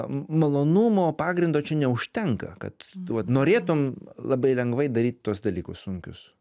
malonumo pagrindo čia neužtenka kad vat norėtum labai lengvai daryt tuos dalykus sunkius